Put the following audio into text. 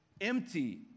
empty